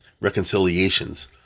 reconciliations